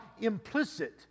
implicit